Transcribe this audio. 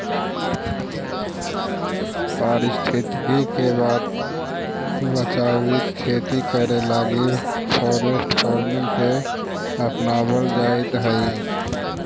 पारिस्थितिकी के बचाबित खेती करे लागी फॉरेस्ट फार्मिंग के अपनाबल जाइत हई